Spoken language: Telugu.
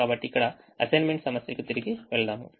కాబట్టి ఇక్కడ అసైన్మెంట్ సమస్యకు తిరిగి వెళ్దాము